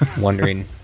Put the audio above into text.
wondering